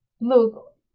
look